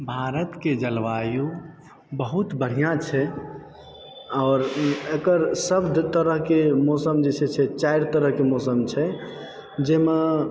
भारत के जलवायु बहुत बढिऑं छै आओर एकर सब तरहके मौसम जे छै से चारि तरहके मौसम छै जाहिमे